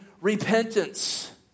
repentance